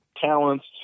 talents